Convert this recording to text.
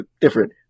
different